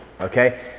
okay